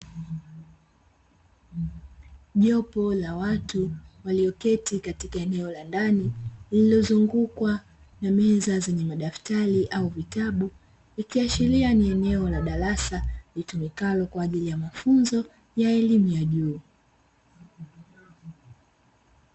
Jopo la watu walioketi katika eneo la ndani, lililozungukwa na meza zenye madaftali au vitabu, likiashiria ni eneo la darasa litumikalo kwa ajili ya mafunzo ya elimu ya juu.